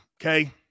okay